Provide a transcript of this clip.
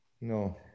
no